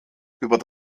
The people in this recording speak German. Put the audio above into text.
über